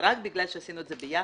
וזה רק בגלל שעשינו את זה ביחד,